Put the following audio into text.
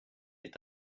est